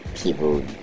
people